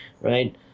right